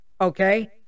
Okay